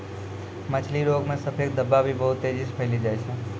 मछली रोग मे सफेद धब्बा भी बहुत तेजी से फैली जाय छै